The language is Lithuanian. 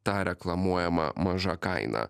ta reklamuojama maža kaina